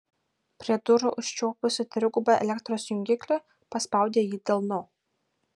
prie durų užčiuopusi trigubą elektros jungiklį paspaudė jį delnu